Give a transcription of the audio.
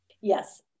Yes